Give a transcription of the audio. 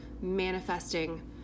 manifesting